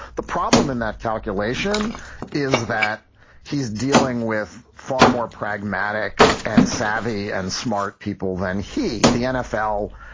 the problem in that calculation is that he's dealing with far more pragmatic and savvy and smart people than he. the nfl,